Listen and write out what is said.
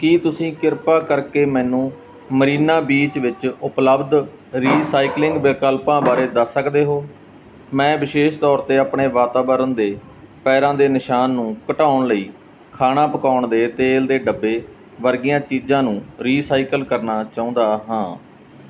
ਕੀ ਤੁਸੀਂ ਕਿਰਪਾ ਕਰਕੇ ਮੈਨੂੰ ਮਰੀਨਾ ਬੀਚ ਵਿੱਚ ਉਪਲਬਧ ਰੀਸਾਈਕਲਿੰਗ ਵਿਕਲਪਾਂ ਬਾਰੇ ਦੱਸ ਸਕਦੇ ਹੋ ਮੈਂ ਵਿਸ਼ੇਸ਼ ਤੌਰ 'ਤੇ ਆਪਣੇ ਵਾਤਾਵਰਣ ਦੇ ਪੈਰਾਂ ਦੇ ਨਿਸ਼ਾਨ ਨੂੰ ਘਟਾਉਣ ਲਈ ਖਾਣਾ ਪਕਾਉਣ ਦੇ ਤੇਲ ਦੇ ਡੱਬੇ ਵਰਗੀਆਂ ਚੀਜ਼ਾਂ ਨੂੰ ਰੀਸਾਈਕਲ ਕਰਨਾ ਚਾਹੁੰਦਾ ਹਾਂ